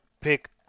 pick